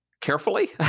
Carefully